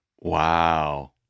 Wow